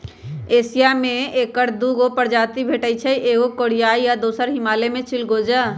Asia में ऐकर दू गो प्रजाति भेटछइ एगो कोरियाई आ दोसर हिमालय में चिलगोजा